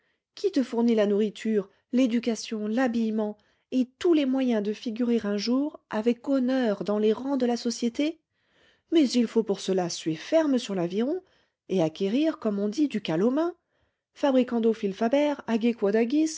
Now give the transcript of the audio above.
qui te fournit la nourriture l'éducation l'habillement et tous les moyens de figurer un jour avec honneur dans les rangs de la société mais il faut pour cela suer ferme sur l'aviron et acquérir comme on dit du cal aux mains fabricando fil faber